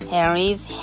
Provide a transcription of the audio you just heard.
Harry's